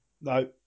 No